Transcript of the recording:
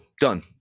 Done